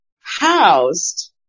housed